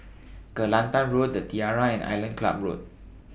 Kelantan Road The Tiara and Island Club Road